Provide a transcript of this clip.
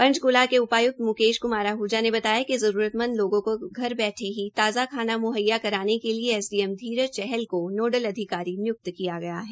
पंचकूला के उपाय्क्त म्केश क्मार आहजा ने बताया कि जरूरतमंद लोगों को घर बैठे ही ताज़ा खाना मुहैया कराने के लिए एसडीएम धीरज चहल को नोडल अधिकारी निय्क्त किया गया है